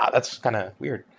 that's kind of weird.